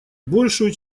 большую